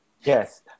Yes